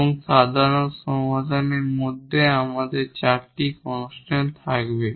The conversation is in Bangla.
এবং সাধারণ সমাধানের মধ্যে আমাদের চারটি কনস্ট্যান্ট থাকবে